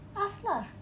us lah